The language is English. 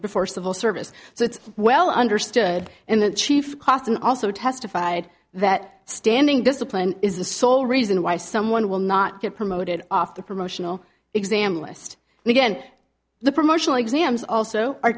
before civil service so it's well understood in the chief cotton also testified that standing discipline is the sole reason why someone will not get promoted off the promotional exam list and again the promotional exams also are